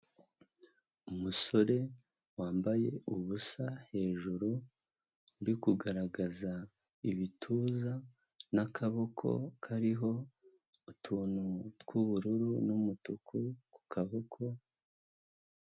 Umusore wambaye ubusa hejuru uri kugaragaza ibituza n'akaboko kariho utuntu tw'ubururu n'umutuku ku kaboko.